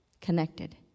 connected